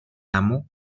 amo